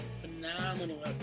phenomenal